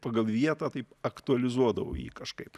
pagal vietą taip aktualizuodavau jį kažkaip